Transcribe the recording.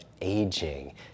aging